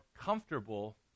comfortable